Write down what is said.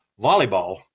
volleyball